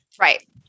right